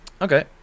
Okay